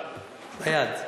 ביד.